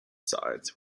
sides